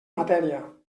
matèria